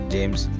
James